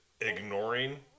ignoring